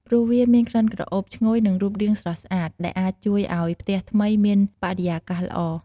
ព្រោះវាមានក្លិនក្រអូបឈ្ងុយ និងរូបរាងស្រស់ស្អាត ដែលអាចជួយឲ្យផ្ទះថ្មីមានបរិយាកាសល្អ។